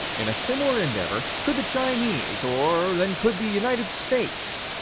in a similar endeavor, could the chinese, or than could the united states.